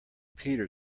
peter